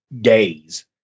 days